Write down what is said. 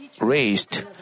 raised